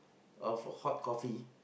of hot coffee